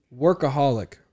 Workaholic